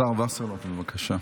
השר וסרלאוף, בבקשה.